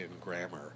grammar